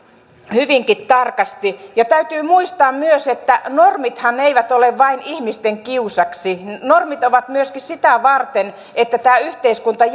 hyvinkin tarkasti täytyy muistaa myös että normithan eivät ole vain ihmisten kiusaksi normit ovat myöskin sitä varten että tämä yhteiskunta